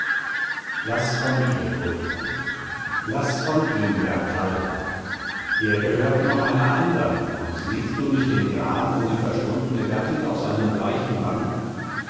laß von ihr huldbrand laß von ihm bertalda er gehört noch einer andern und siehst du nicht den gram um die verschwundne gattin auf seinen bleichen wangen